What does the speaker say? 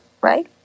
right